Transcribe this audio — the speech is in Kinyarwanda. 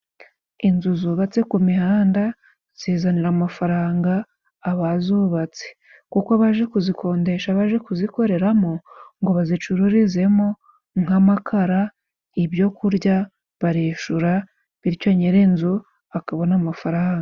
Inzu zubatse ku mihanda zizanira amafaranga abazubatse kuko baje kuzikondesha, baje kuzikoreramo ngo bazicururizemo nk'amakara, ibyo kurya, barishura bityo nyir'inzu akabona amafaranga.